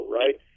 right